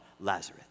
Lazarus